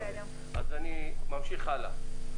אני ממשיך הלאה.